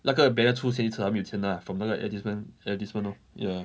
那个 banner 出现一次他们有钱拿 lah from 那个 advertisement advertisement lor ya